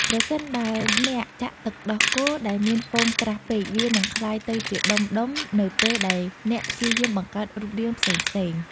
ប្រសិនបើអ្នកចាក់ទឹកដោះគោដែលមានហ្វូមក្រាស់ពេក វានឹងក្លាយទៅជាដុំៗនៅពេលដែលអ្នកព្យាយាមបង្កើតរូបរាងផ្សេងៗ។